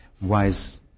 Wise